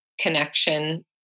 connection